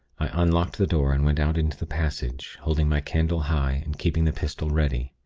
i unlocked the door, and went out into the passage, holding my candle high, and keeping the pistol ready.